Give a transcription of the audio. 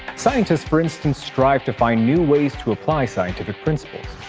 scientists, for instance, strive to find new ways to apply scientific principles.